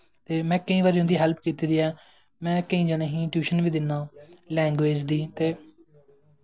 ते में केंंई बारी उं'दी हैल्प कीती दी ऐ में केईं जनें गी टयूशन बी दिन्ना आं लैंग्वेज़ दी ते